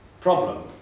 problem